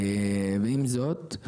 עם זאת,